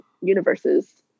universes